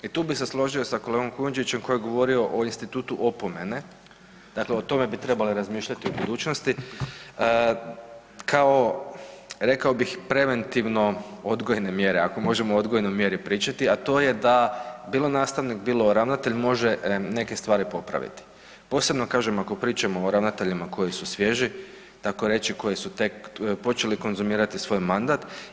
I tu bih se složio sa kolegom Kujundžićem koji je govorio o institutu opomene, dakle o tome bi trebali razmišljati u budućnosti kao rekao bih preventivno odgojne mjere, ako možemo o odgojnoj mjeri pričati, a to je da bilo nastavnik, bilo ravnatelj može neke stvari popraviti, posebno kažem ako pričamo o ravnateljima koji su svježi, tako reći koji su tek počeli konzumirati svoj mandat.